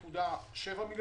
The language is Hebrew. למעט השנה הראשונה,